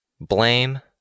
Blame